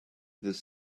this